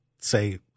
say